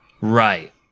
Right